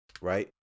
right